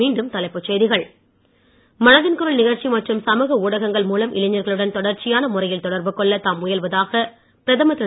மீண்டும் தலைப்புச் செய்திகள் மனதின் குரல் நிகழ்ச்சி மற்றும் சமூக ஊடகங்கள் முலம் இளைஞர்களுடன் தொடர்ச்சியான முறையில் தொடர்புகொள்ள தாம் முயல்வதாக பிரதமர் திரு